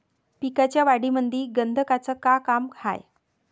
पिकाच्या वाढीमंदी गंधकाचं का काम हाये?